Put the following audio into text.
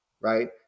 right